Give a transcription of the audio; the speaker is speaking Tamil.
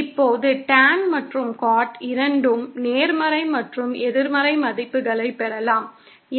இப்போது டேன் மற்றும் காட் இரண்டும் நேர்மறை மற்றும் எதிர்மறை மதிப்புகளைப் பெறலாம்